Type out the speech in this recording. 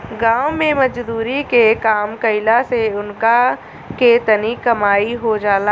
गाँव मे मजदुरी के काम कईला से उनका के तनी कमाई हो जाला